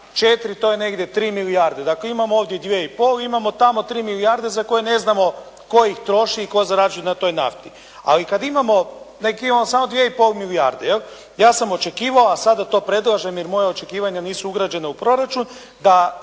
četiri to je negdje 3 milijarde. Dakle imamo ovdje 2 i pol, imamo tamo 3 milijarde za koje ne znamo tko ih troši i tko zarađuje na toj nafti, a i kad imamo … /Govornik se ne razumije./ … samo 2 i pol milijarde. Ja sam očekivao, a sada to predlažem jer moja očekivanja nisu ugrađena u proračun, da